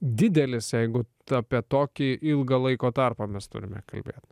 didelis jeigu tu apie tokį ilgą laiko tarpą mes turime kalbėt